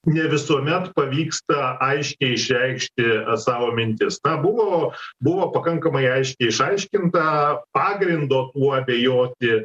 ne visuomet pavyksta aiškiai išreikšti savo mintis na buvo buvo pakankamai aiškiai išaiškinta pagrindo tuo abejoti